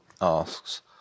asks